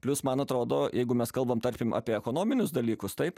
plius man atrodo jeigu mes kalbam tarkim apie ekonominius dalykus taip